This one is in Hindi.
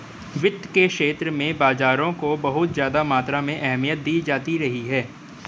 वित्त के क्षेत्र में बाजारों को बहुत ज्यादा मात्रा में अहमियत दी जाती रही है